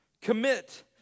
commit